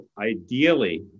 ideally